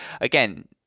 again